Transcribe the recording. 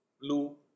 blue